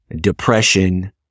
depression